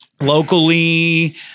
Locally